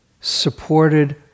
supported